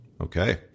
okay